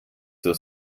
zur